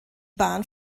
bahn